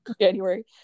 January